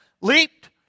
leaped